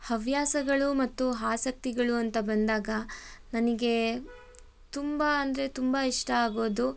ಹವ್ಯಾಸಗಳು ಮತ್ತು ಆಸಕ್ತಿಗಳು ಅಂತ ಬಂದಾಗ ನನಗೆ ತುಂಬ ಅಂದರೆ ತುಂಬ ಇಷ್ಟ ಆಗೋದು